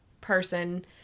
person